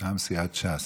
מטעם סיעת ש"ס.